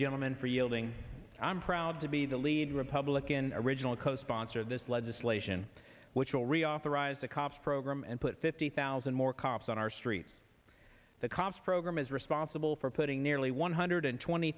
gentleman for yielding i'm proud to be the lead republican original co sponsor of this legislation which will reauthorize the cops program and put fifty thousand more cops on our streets the cops program is responsible for putting nearly one hundred twenty